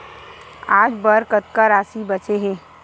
आज बर कतका राशि बचे हे?